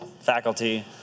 faculty